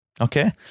Okay